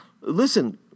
listen—